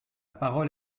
parole